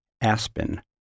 Aspen